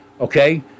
okay